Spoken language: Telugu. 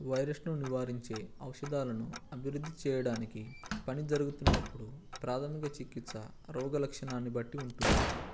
వైరస్ను నివారించే ఔషధాలను అభివృద్ధి చేయడానికి పని జరుగుతున్నప్పుడు ప్రాథమిక చికిత్స రోగాలక్షణాన్ని బట్టి ఉంటుంది